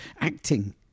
acting